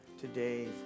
today